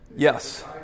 Yes